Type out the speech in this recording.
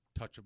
touchable